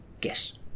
guess